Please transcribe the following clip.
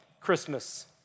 Christmas